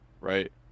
right